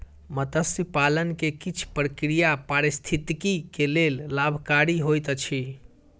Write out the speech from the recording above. मत्स्य पालन के किछ प्रक्रिया पारिस्थितिकी के लेल लाभकारी होइत अछि